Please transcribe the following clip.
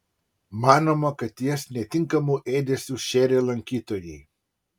manoma kad jas netinkamu ėdesiu šėrė lankytojai